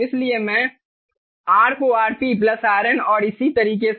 इसलिए मैं R को RP RN और इसी तरीके से